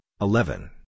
eleven